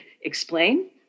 explain